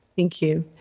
thank you.